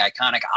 iconic